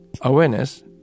awareness